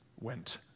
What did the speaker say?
went